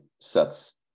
sets